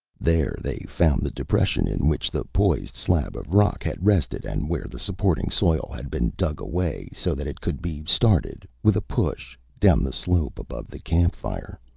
there they found the depression in which the poised slab of rock had rested and where the supporting soil had been dug away so that it could be started, with a push, down the slope above the campfire.